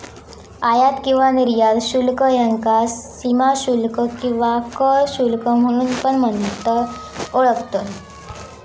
आयात किंवा निर्यात शुल्क ह्याका सीमाशुल्क किंवा कर शुल्क म्हणून पण ओळखतत